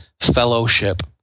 fellowship